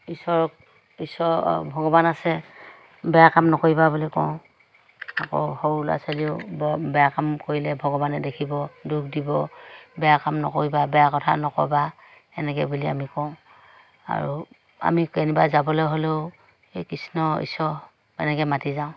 ঈশ্বৰক ঈশ্বৰ ভগৱান আছে বেয়া কাম নকৰিবা বুলি কওঁ আকৌ সৰু ল'ৰা ছোৱালীও বেয়া কাম কৰিলে ভগৱানে দেখিব দুখ দিব বেয়া কাম নকৰিবা বেয়া কথা নক'বা এনেকে বুলি আমি কওঁ আৰু আমি কেনবা যাবলৈ হ'লেও এই কৃষ্ণ ঈশ্বৰ এনেকে মাতি যাওঁ